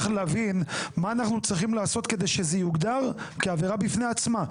להבין מה אנחנו צריכים לעשות כדי שזה יוגדר כעבירה בפני עצמה?